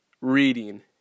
Reading